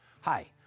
Hi